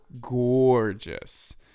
gorgeous